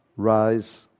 rise